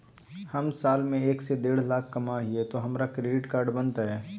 हम साल में एक से देढ लाख कमा हिये तो हमरा क्रेडिट कार्ड बनते?